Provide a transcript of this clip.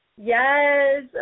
Yes